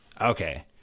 Okay